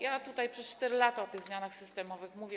Ja tutaj przez 4 lata o tych zmianach systemowych mówię.